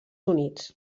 units